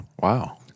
Wow